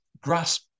grasp